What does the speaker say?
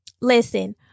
listen